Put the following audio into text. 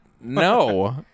No